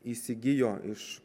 įsigijo iš